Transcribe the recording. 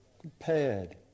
compared